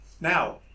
Now